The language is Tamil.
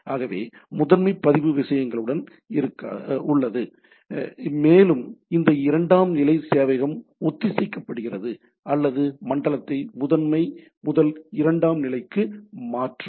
ஆகவே முதன்மை பதிவு விஷயங்களுடன் உள்ளது மேலும் இந்த இரண்டாம் நிலை சேவையகம் ஒத்திசைக்கப்படுகிறது அல்லது மண்டலத்தை முதன்மை முதல் இரண்டாம் நிலைக்கு மாற்றும்